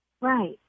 Right